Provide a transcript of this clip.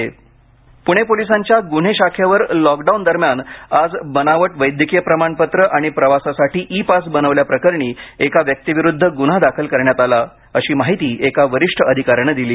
प्णे पोलिसांच्या गुन्हे शाखेने टाळेबंदीदरम्यान आज बनावट वैद्यकीय प्रमाणपत्रे आणि प्रवासासाठी ई पास बनवल्याप्रकरणी एका व्यक्तीविरूद्ध गुन्हा दाखल करण्यात आला अशी माहिती एका वरिष्ठ अधिकाऱ्याने दिली